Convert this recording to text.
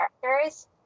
characters